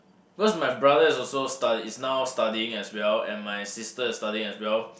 because my brother is also study is now studying as well and my sister is studying as well